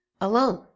alone